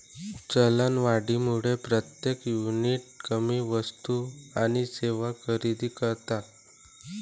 चलनवाढीमुळे प्रत्येक युनिट कमी वस्तू आणि सेवा खरेदी करतात